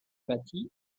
bâti